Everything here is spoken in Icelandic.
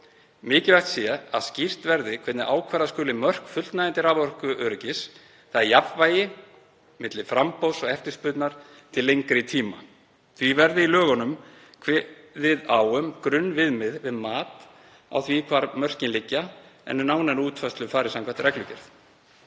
Mikilvægt sé að skýrt verði hvernig ákvarða skuli mörk fullnægjandi raforkuöryggis, þ.e. jafnvægi milli framboðs og eftirspurnar til lengri tíma. Því verði í lögunum kveðið á um grunnviðmið við mat á því hvar mörkin liggja en um nánari útfærslu fari samkvæmt reglugerð.